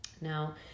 Now